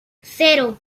cero